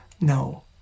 No